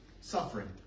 suffering